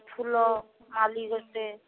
ଫୁଲ ମାଳି ଗୋଟେ